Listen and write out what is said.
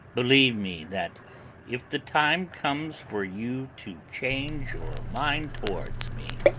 believe me that if the time comes for you to change your mind towards me,